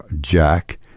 Jack